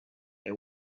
they